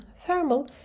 thermal